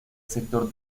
sector